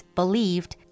believed